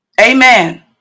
Amen